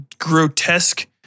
grotesque